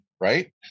right